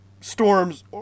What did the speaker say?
storms